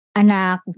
anak